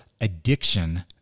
addiction